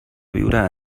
viure